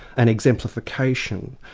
and exemplification,